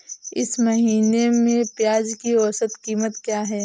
इस महीने में प्याज की औसत कीमत क्या है?